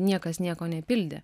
niekas nieko nepildė